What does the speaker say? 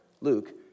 Luke